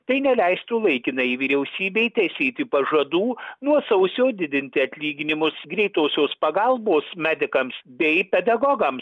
tai neleistų laikinajai vyriausybei taisyti pažadų nuo sausio didinti atlyginimus greitosios pagalbos medikams bei pedagogams